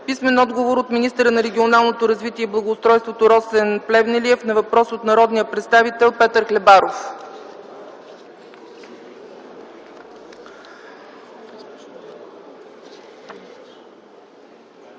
Евгений Желев; - от министъра на регионалното развитие и благоустройството Росен Плевнелиев на въпрос от народния представител Петър Хлебаров.